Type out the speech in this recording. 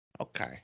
Okay